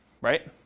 right